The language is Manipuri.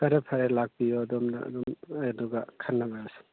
ꯐꯔꯦ ꯐꯔꯦ ꯂꯥꯛꯄꯤꯔꯣ ꯑꯗꯣꯝꯅ ꯑꯗꯨꯝ ꯑꯗꯨꯒ ꯈꯟꯅꯔꯁꯤ